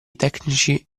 tecnici